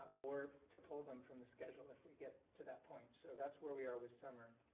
or to pull them from the schedule if we get to that point, so that's where we are with summer.